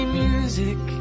music